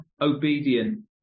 obedient